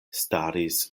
staris